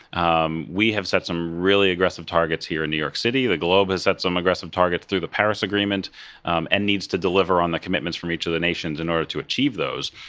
um we have set some really aggressive targets here in new york city. the globe has set some aggressive targets through the paris agreement um and needs to deliver on the commitments from each of the nations in order to achieve those.